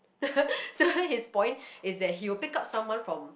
so his point is that he will pick up someone from